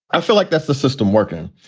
i feel like that's the system working.